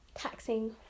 taxing